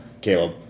Caleb